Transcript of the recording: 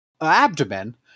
abdomen